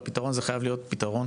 והפתרון הזה חייב להיות פתרון